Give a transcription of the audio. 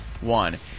one